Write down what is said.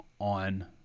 on